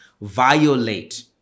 violate